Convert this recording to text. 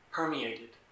permeated